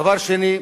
דבר שני,